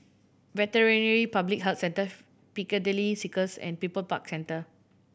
Veterinary Public Health Centre Piccadilly Circus and People's Park Centre